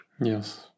Yes